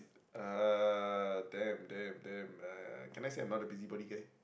uh damn damn damn uh can I say I'm not a busybody guy